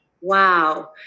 Wow